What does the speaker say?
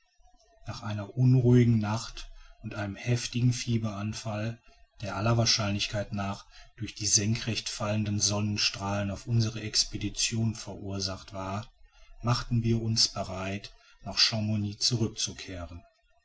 nach einer unruhigen nacht und einem heftigen fieberanfall der aller wahrscheinlichkeit nach durch die senkrecht fallenden sonnenstrahlen auf unserer expedition verursacht war machten wir uns bereit nach chamouni zurückzukehren